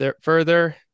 further